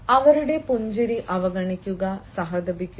അവരുടെ പുഞ്ചിരി അവഗണിക്കുക സഹതപിക്കുക